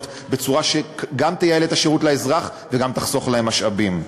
בצורה שגם תייעל את השירות לאזרח וגם תחסוך להן משאבים.